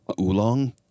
oolong